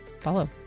follow